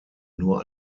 nur